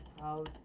House